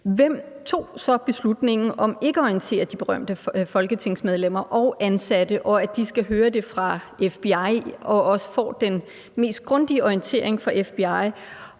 Hvem tog så beslutningen om ikke at orientere de berørte folketingsmedlemmer og ansatte, og at de skal høre det fra FBI, og at de også får den mest grundige orientering fra FBI?